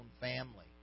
family